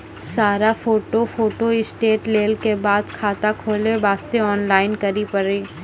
सारा photo photostat लेल के बाद खाता खोले वास्ते ऑनलाइन करिल पड़ी?